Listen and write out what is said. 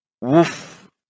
Woof